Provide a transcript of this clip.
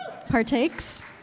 Partakes